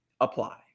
apply